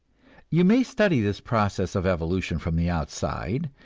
you may study this process of evolution from the outside,